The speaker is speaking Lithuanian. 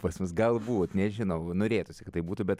pas jus galbūt nežinau norėtųsi kad taip būtų bet